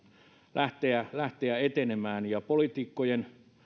lähteä lähteä etenemään ja poliitikkojen